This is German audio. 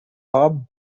haben